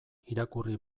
irakurri